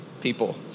people